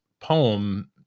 poem